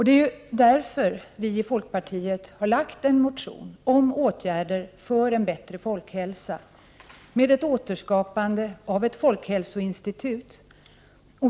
Det är därför vi i folkpartiet har väckt en motion om åtgärder för en bättre folkhälsa med ett återskapande av ett folkhälsoinstitut.